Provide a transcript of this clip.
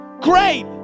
great